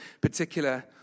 particular